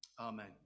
amen